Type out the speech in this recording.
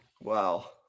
Wow